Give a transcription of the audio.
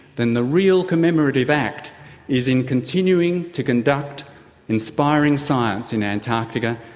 then the real commemorative act is in continuing to conduct inspiring science in antarctica,